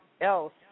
else